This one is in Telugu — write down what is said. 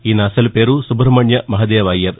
ఈయన అసలు పేరు సుబ్రహ్మణ్య మహాదేవ అయ్యర్